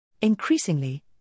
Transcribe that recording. Increasingly